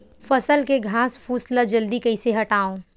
फसल के घासफुस ल जल्दी कइसे हटाव?